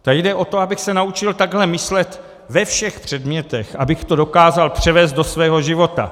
Tady jde o to, abych se naučil takhle myslet ve všech předmětech, abych to dokázal převést do svého života.